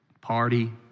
party